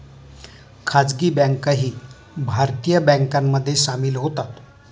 खासगी बँकाही भारतीय बँकांमध्ये सामील होतात